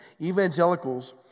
Evangelicals